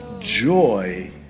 joy